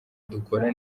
dukora